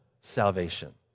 salvation